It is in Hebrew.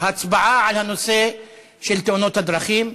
הצבעה על נושא תאונות הדרכים,